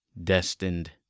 destined